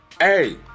hey